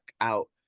out